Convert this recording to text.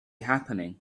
happening